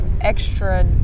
extra